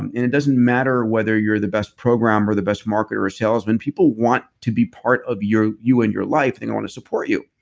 and and it doesn't matter whether you're the best programmer or the best marketer or salesman. people want to be part of you and your life, and wanna support you.